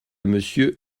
monsieur